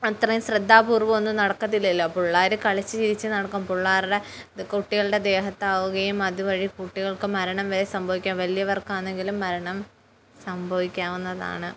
അത്രയും ശ്രദ്ധാപൂർവ്വം ഒന്നും നടക്കത്തില്ലല്ലോ പിള്ളേർ കളിച്ചു ചിരിച്ച് നടക്കും പിള്ളേരുടെ കുട്ടികളുടെ ദേഹത്താകുകയും അതു വഴി കുട്ടികൾക്ക് മരണം വരെ സംഭവിക്കാം വലിയവർക്കാണെങ്കിലും മരണം സംഭവിക്കാവുന്നതാണ്